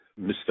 Mr